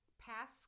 pass